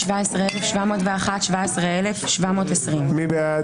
17,341 עד 17,360. מי בעד?